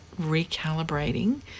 recalibrating